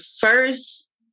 first